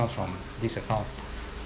from this account